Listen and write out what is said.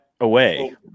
away